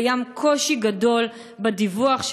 קיים קושי גדול בדיווח,